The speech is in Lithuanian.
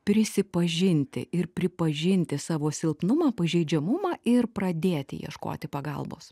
prisipažinti ir pripažinti savo silpnumą pažeidžiamumą ir pradėti ieškoti pagalbos